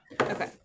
Okay